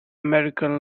american